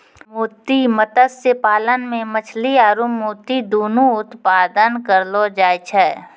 मोती मत्स्य पालन मे मछली आरु मोती दुनु उत्पादन करलो जाय छै